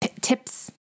tips